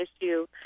issue